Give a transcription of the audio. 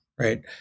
right